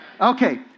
Okay